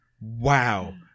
Wow